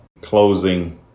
closing